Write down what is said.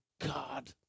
God